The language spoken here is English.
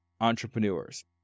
entrepreneurs